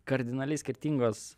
kardinaliai skirtingos